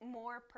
more